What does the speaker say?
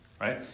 right